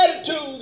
attitude